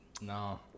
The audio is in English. no